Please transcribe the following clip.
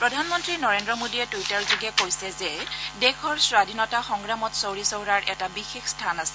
প্ৰধানমন্তী নৰেন্দ্ৰ মোদীয়ে টুইটাৰ যোগে কৈছে যে দেশৰ স্বাধীনতা সংগ্ৰামত চৌৰি চৌৰাৰ এটা বিশেষ স্থান আছে